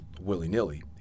willy-nilly